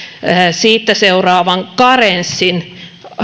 siitä seuraavan karenssin